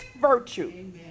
virtue